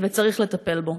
וצריך לטפל בו.